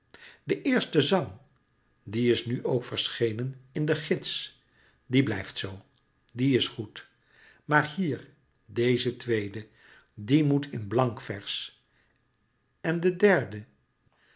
de eerste zang die is nu ook verschenen in de gids die blijft zoo die is goed maar hier deze tweede die moet in blankvers en de derde